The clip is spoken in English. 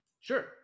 Sure